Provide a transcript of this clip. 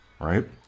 right